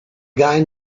guy